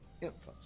infants